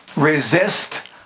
Resist